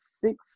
six